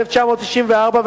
התשנ"ד-1994,